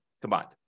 combined